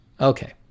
okay